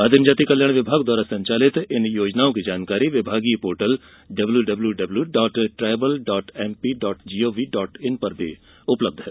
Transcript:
आदिम जाति कल्याण विभाग द्वारा संचालित इन योजनाओं की जानकारी विभागीय portal W W W dot tribal dot MP dot gov dot in पर उपलब्ध है